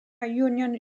union